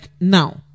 now